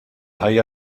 ħajja